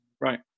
Right